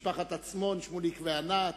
משפחת עצמון, שמוליק וענת,